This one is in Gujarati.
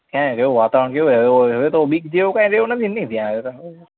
એમ વાતાવરણ કેવું હવે હવે તો બીક જેવું કંઈ રહ્યું નથી ને નહીં ત્યાં હવે તો